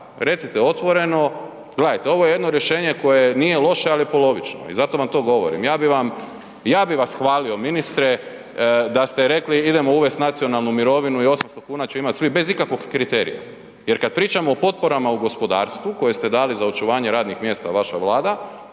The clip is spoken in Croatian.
Recite otvoreno, gledajte ovo je jedno rješenje koje nije loše ali je polovično i zato vam to govorimo. Ja bi vas hvalio ministre, da ste rekli idemo uvest nacionalnu mirovinu i 800 kn će imat svi bez ikakvog kriterija jer kad pričamo o potporama u gospodarstvu koje ste dali za očuvanje radnih mjesta i vaša Vlada,